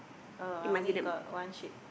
oh I only got one shape